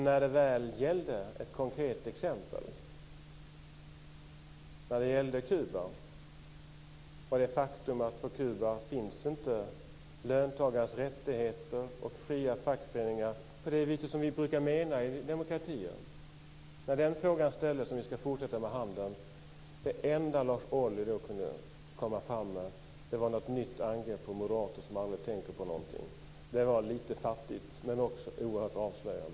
När det gäller det konkreta exemplet Kuba, är det ett faktum att det på Kuba inte finns rättigheter för löntagare och fria fackföreningar på det viset som vi brukar mena i demokratier. När frågan ställdes om vi ska fortsätta med handeln, var det enda som Lars Ohly kunde komma fram med ett nytt angrepp på moderater - som aldrig tänker på någonting. Det var lite fattigt, men också oerhört avslöjande.